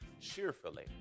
cheerfully